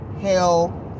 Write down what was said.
hell